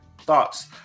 thoughts